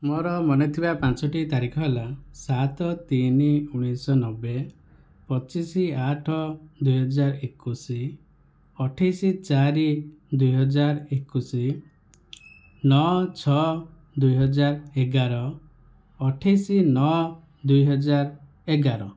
ମୋର ମନେ ଥିବା ପାଞ୍ଚଟି ତାରିଖ ହେଲା ସାତ ତିନି ଉଣେଇଶହ ନବେ ପଚିଶି ଆଠ ଦୁଇ ହଜାର ଏକୋଇଶ ଅଠେଇଶ ଚାରି ଦୁଇହଜାର ଏକୋଇଶ ନଅ ଛଅ ଦୁଇହଜାର ଏଗାର ଅଠେଇଶ ନଅ ଦୁଇହଜାର ଏଗାର